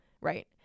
right